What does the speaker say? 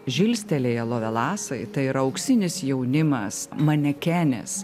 žilstelėję lovelasai tai yra auksinis jaunimas manekenės